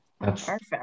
Perfect